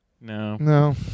No